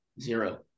Zero